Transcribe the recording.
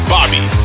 Bobby